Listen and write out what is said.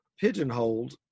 pigeonholed